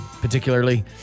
particularly